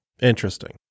Interesting